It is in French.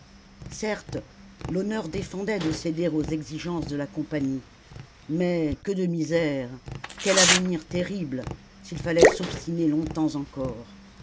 certes l'honneur défendait de céder aux exigences de la compagnie mais que de misères quel avenir terrible s'il fallait s'obstiner longtemps encore